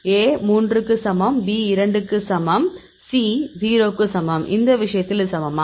A 3 க்கு சமம் B 2 க்கு சமம் C 0 க்கு சமம் இந்த விஷயத்தில் இது சமமா